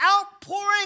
outpouring